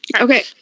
okay